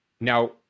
Now